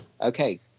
Okay